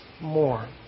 more